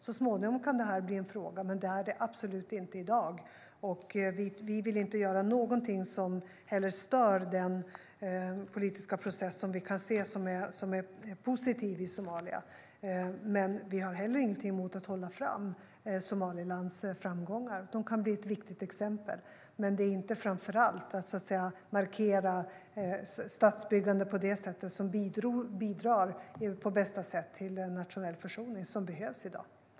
Så småningom kan det här bli en fråga, men det är det absolut inte i dag. Vi vill inte göra någonting som stör den politiska process som vi kan se och som är positiv i Somalia, men vi har heller ingenting emot att hålla fram Somalilands framgångar. De kan bli ett viktigt exempel. Men det är inte framför allt att markera statsbyggande på det sättet som bidrar på bästa sätt till den nationella försoning som behövs i dag.